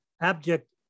abject